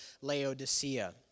Laodicea